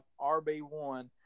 RB1